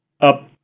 up